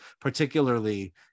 particularly